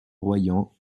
royans